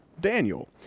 Daniel